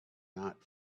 not